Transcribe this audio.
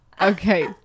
Okay